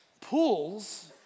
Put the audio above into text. pools